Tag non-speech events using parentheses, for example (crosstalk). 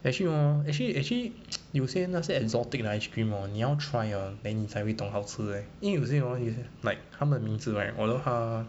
actually hor actually actually (noise) 有些那些 exotic 的 ice cream orh 你要 try 的 then 你才会懂好吃 eh 因为有些 hor 有些 like 他们名字 right although 他